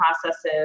processes